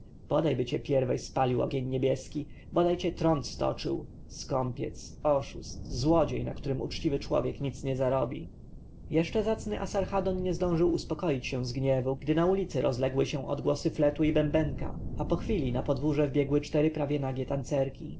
bodajby cię pierwej spalił ogień niebieski bodaj cię trąd stoczył skąpiec oszust złodziej na którym uczciwy człowiek nic nie zarobi jeszcze zacny asarhadon nie zdążył uspokoić się z gniewu gdy na ulicy rozległy się odgłosy fletu i bębenka a po chwili na podwórze wbiegły cztery prawie nagie tancerki